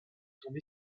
tombé